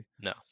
no